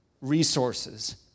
resources